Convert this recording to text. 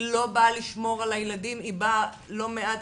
היא לא באה לשמור על הילדים והיא באה לא מעט